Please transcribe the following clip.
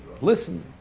listen